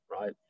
right